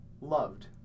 loved